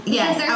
Yes